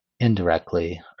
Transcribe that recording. indirectly